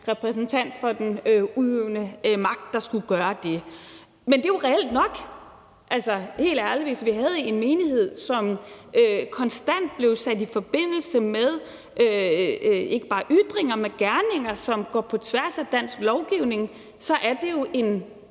repræsentant for den udøvende magt, der skulle gøre det. Men det er jo reelt nok. Helt ærligt, hvis vi havde en menighed, som konstant blev sat i forbindelse med ikke bare ytringer, men gerninger, som går imod dansk lovgivning, så er det jo en